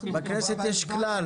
בכנסת יש כלל,